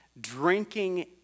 drinking